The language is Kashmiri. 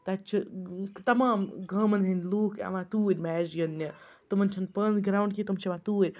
تَتہِ چھِ تَمام گامَن ہٕنٛدۍ لوٗکھ یِوان توٗرۍ میچ گِنٛدنہِ تِمَن چھِنہٕ پانہٕ گرٛاوُنٛڈ کیٚنٛہہ تِم چھِ یِوان توٗرۍ